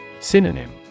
Synonym